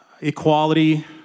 equality